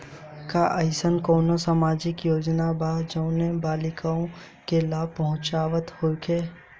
का एइसन कौनो सामाजिक योजना बा जउन बालिकाओं के लाभ पहुँचावत होखे?